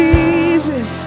Jesus